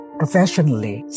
professionally